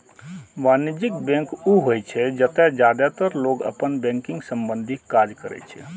वाणिज्यिक बैंक ऊ होइ छै, जतय जादेतर लोग अपन बैंकिंग संबंधी काज करै छै